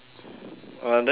uh that's not weird